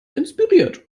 inspiriert